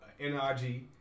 NRG